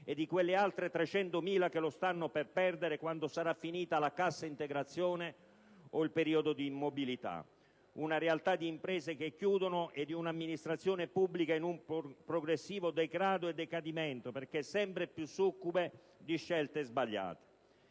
e per altre 300.000 che lo perderanno, quando sarà finita la cassa integrazione o il periodo di mobilità. Viviamo in una realtà di imprese che chiudono e di un'amministrazione pubblica in un progressivo degrado e decadimento, perché sempre più succube di scelte sbagliate.